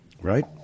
right